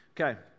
Okay